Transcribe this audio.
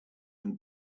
and